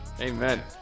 Amen